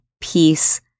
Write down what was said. peace